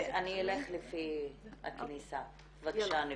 בבקשה ניבין.